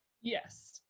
Yes